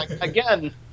Again